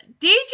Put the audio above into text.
DJ